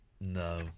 No